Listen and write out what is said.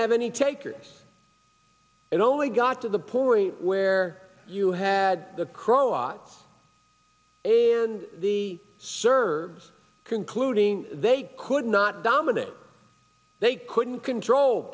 have any takers and only got to the point where you had the croats and the service concluding they could not dominate they couldn't control